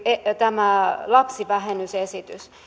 tämä lapsivähennysesitys